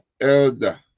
elder